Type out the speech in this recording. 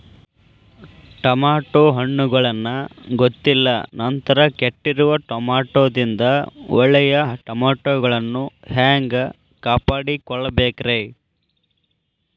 Tomato ಹಣ್ಣುಗಳನ್ನ ಗೊತ್ತಿಲ್ಲ ನಂತರ ಕೆಟ್ಟಿರುವ ಟಮಾಟೊದಿಂದ ಒಳ್ಳೆಯ ಟಮಾಟೊಗಳನ್ನು ಹ್ಯಾಂಗ ಕಾಪಾಡಿಕೊಳ್ಳಬೇಕರೇ?